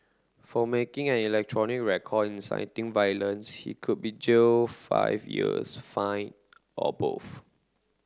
for making an electronic record inciting violence he could be jailed five years fined or both